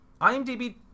imdb